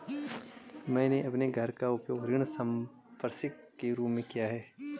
मैंने अपने घर का उपयोग ऋण संपार्श्विक के रूप में किया है